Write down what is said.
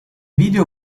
video